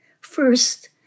First